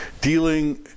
dealing